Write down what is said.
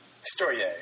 Story